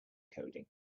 coding